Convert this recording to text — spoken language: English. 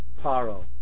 Paro